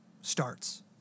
starts